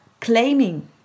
claiming